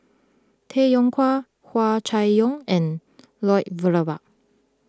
Tay Yong Kwang Hua Chai Yong and Lloyd Valberg